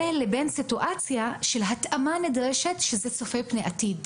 לבין סיטואציה של התאמה נדרשת שזה צופה פני עתיד.